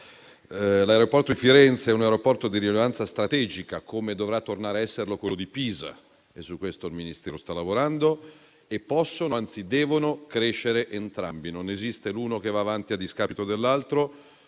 L'aeroporto di Firenze è un aeroporto di rilevanza strategica, come dovrà tornare a essere quello di Pisa e su questo il Ministero sta lavorando e possono, anzi devono, crescere entrambi. Non esiste l'uno che va avanti a discapito dell'altro.